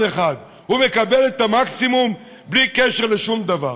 אחד: הוא מקבל את המקסימום בלי קשר לשום דבר.